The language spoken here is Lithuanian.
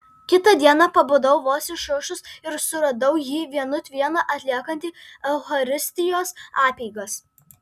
kitą dieną pabudau vos išaušus ir suradau jį vienut vieną atliekantį eucharistijos apeigas